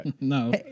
no